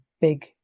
big